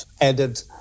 added